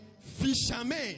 fishermen